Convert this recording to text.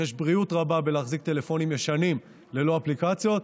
יש בריאות רבה בלהחזיק טלפונים ישנים ללא אפליקציות.